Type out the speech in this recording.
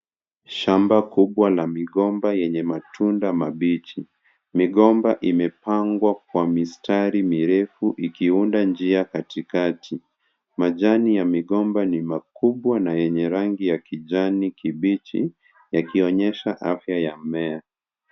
Shamba kubwa la migomba yenye matunda mabichi. Migomba imepangwa kwa mistari mirefu ikiunda njia katikati. Majani ya migomba ni makubwa na yenye rangi ya kijani kibichi yakionyesha afya ya mmea.